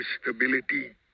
stability